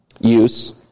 use